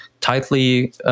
tightly